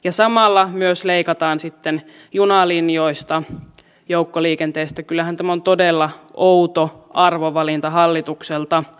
ja kun samalla myös leikataan junalinjoista joukkoliikenteestä niin kyllähän tämä on todella outo arvovalinta hallitukselta